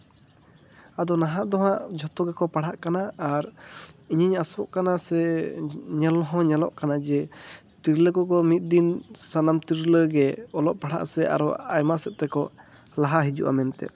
ᱟᱫᱚ ᱱᱟᱦᱟᱜ ᱫᱚ ᱦᱟᱸᱜ ᱡᱷᱚᱛᱚ ᱜᱮᱠᱚ ᱯᱟᱲᱦᱟᱜ ᱠᱟᱱᱟ ᱟᱨ ᱤᱧᱤᱧ ᱟᱥᱚᱜ ᱠᱟᱱᱟ ᱥᱮ ᱧᱮᱞ ᱦᱚᱸ ᱧᱮᱞᱚᱜ ᱠᱟᱱᱟ ᱡᱮ ᱛᱤᱨᱞᱟᱹ ᱠᱚᱠᱚ ᱢᱤᱫ ᱫᱤᱱ ᱥᱟᱱᱟᱢ ᱛᱤᱨᱞᱟᱹ ᱜᱮ ᱚᱞᱚᱜ ᱯᱟᱲᱦᱟᱜ ᱥᱮ ᱟᱨᱚ ᱟᱭᱢᱟ ᱥᱮᱫ ᱛᱮᱠᱚ ᱞᱟᱦᱟ ᱦᱤᱡᱩᱜᱼᱟ ᱢᱮᱱᱛᱮ